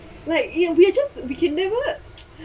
like ya we are just we can never